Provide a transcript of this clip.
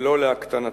ולא להקטנתו.